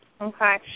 Okay